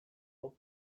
hau